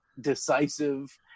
decisive